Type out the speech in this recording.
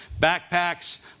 backpacks